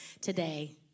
today